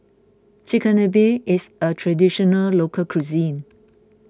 Chigenabe is a Traditional Local Cuisine